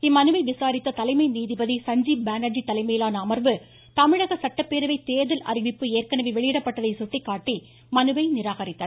இம் மனுவை விசாரித்த தலைமை நீதிபதி சஞ்சீப் பானர்ஜி தலைமையிலான அமர்வு தமிழக சட்டப்பேரவை தேர்தல் அறிவிப்பு ஏற்கனவே வெளியிடப்பட்டதை சுட்டிக்காட்டி மனுவை நிராகரித்தது